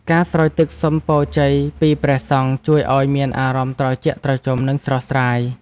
ការស្រោចទឹកសុំពរជ័យពីព្រះសង្ឃ ជួយឱ្យមានអារម្មណ៍ត្រជាក់ត្រជុំ និងស្រស់ស្រាយ។